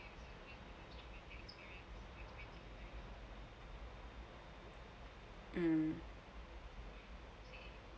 mm